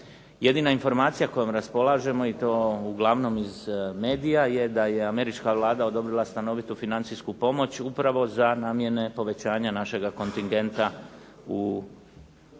Jedina informacija kojom raspolažemo i to uglavnom iz medija je da je američka vlada odobrila stanovitu financijsku pomoć upravo za namjene povećanja našega kontingenta u Afganistanu.